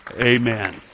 Amen